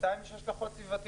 בינתיים יש גם השלכות סביבתיות,